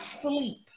sleep